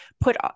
put